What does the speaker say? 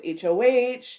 HOH